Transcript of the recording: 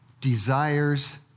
desires